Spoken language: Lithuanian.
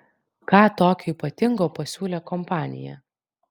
ką tokio ypatingo pasiūlė kompanija